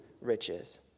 riches